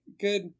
good